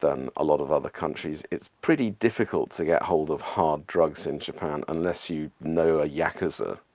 than a lot of other countries. it's pretty difficult to get hold of hard drugs in japan unless you know a yakuza,